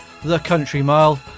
thecountrymile